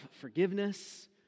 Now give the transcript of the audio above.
forgiveness